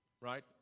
right